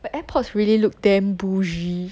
but airpods really look damn bougie